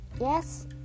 yes